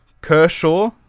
Kershaw